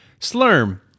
Slurm